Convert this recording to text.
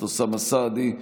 חבר הכנסת אוסאמה סעדי,